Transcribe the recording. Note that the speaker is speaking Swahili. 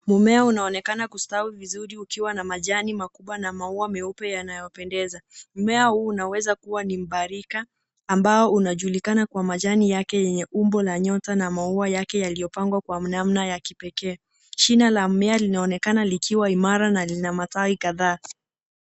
Mmea unaonekana kustawi vizuri ukiwa na majani makubwa na maua meupe yanayopendeza. Mmea huu unaweza kuwa ni mbarika ambao unaojulikana kwa majani yake yenye umbo la nyota maua yake yaliyopangwa kwa namna ya pekee. Shina la mimea linaonekana likiwa imara na lina matawi kadhaa.